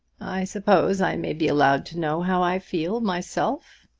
i suppose i may be allowed to know how i feel myself,